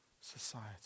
society